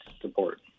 support